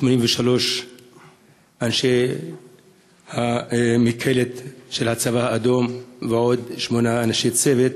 83 אנשי מקהלת הצבא האדום ועוד שמונה אנשי צוות.